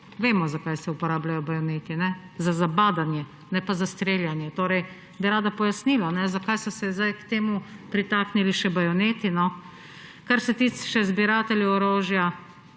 Vemo, za kaj se uporabljajo bajoneti. Za zabadanje, ne pa za streljanje, zato bi rada pojasnilo, zakaj so se zdaj k temu pritaknili še bajoneti. Kar se tiče zbirateljev orožja,